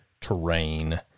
terrain